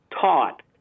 taught